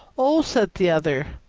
oh! said the other,